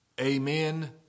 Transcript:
amen